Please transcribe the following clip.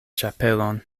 ĉapelon